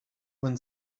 when